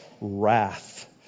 wrath